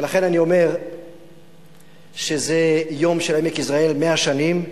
ולכן, אני אומר שזה יום של עמק יזרעאל, 100 שנים,